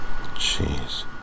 Jeez